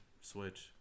Switch